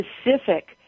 specific